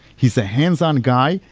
he's a hands-on guy.